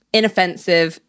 inoffensive